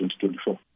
2024